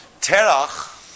Terach